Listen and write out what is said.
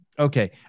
Okay